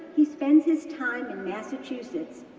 he spends his time in massachusetts,